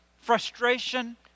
frustration